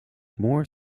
more